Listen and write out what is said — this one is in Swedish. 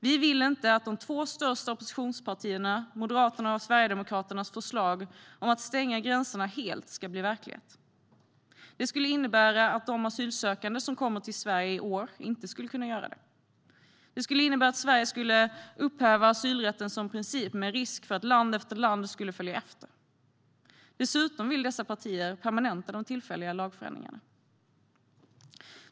Vi vill inte att förslagen från de två största oppositionspartierna, Moderaterna och Sverigedemokraterna, om att stänga gränserna helt ska bli verklighet. Det skulle innebära att de asylsökande som kommer till Sverige i år inte skulle kunna göra det. Det skulle innebära att Sverige skulle upphäva asylrätten som princip med risk för att land efter land skulle följa efter. Dessutom vill dessa partier permanenta de här tillfälliga lagändringarna.